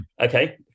Okay